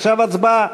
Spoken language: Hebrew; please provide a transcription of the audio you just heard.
עכשיו הצבעה